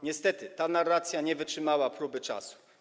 Niestety ta narracja nie wytrzymała próby czasu.